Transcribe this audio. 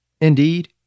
Indeed